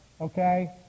okay